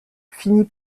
finit